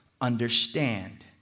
understand